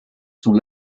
sont